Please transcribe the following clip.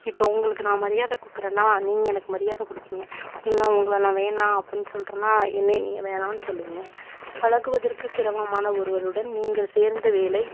இப்போது உங்களுக்கு நான் மரியாதை கொடுக்குறேனா நீங்கள் எனக்கு மரியாதை கொடுப்பீங்க இல்லை உங்களை நான் வேணா அப்புடினு சொல்லறேனா என்னைய நீங்கள் வேணான்னு சொல்லுவீங்க பழகுவதற்கு சிரமமான ஒருவருடன் நீங்கள் சேர்ந்து வேலை